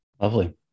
Lovely